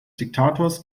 diktators